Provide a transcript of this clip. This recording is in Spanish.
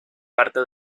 parte